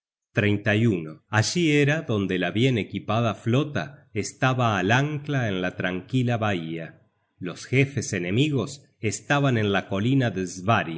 bosquecillos de gnipa allí era donde la bien equipada flota estaba al ancla en la tranquila bahía los jefes enemigos estaban en la colina de